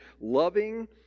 loving